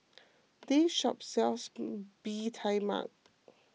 this shop sells Bee Tai Mak